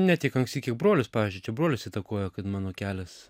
ne tiek anksti kaip brolis pavyzdžiui čia brolis įtakojo kad mano kelias